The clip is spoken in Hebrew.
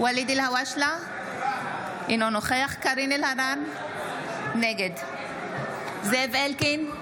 אלהואשלה, אינו נוכח קארין אלהרר, נגד זאב אלקין,